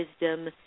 wisdom